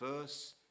first